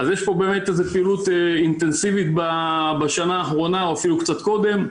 אז יש פה באמת פעילות אינטנסיבית בשנה האחרונה ואפילו קצת קודם,